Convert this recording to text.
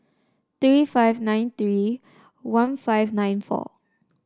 three five nine three one five nine four